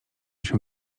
się